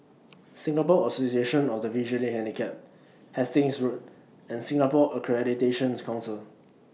Singapore Association of The Visually Handicapped Hastings Road and Singapore Accreditation's Council